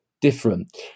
different